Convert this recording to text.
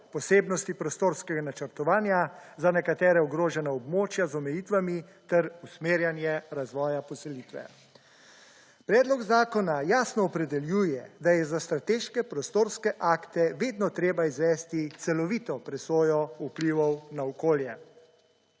posebnosti prostorskega načrtovanja za nekatera ogrožena območja z omejitvami ter usmerjanje razvoja poselitve. Predlog zakona jasno opredeljuje, da je za strateške prostorske akte vedno treba izvesti celovito presojo vplivov na okolje.